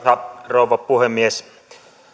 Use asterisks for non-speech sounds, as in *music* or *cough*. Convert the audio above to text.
*unintelligible* arvoisa rouva puhemies